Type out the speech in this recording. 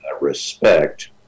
respect